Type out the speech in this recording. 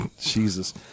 Jesus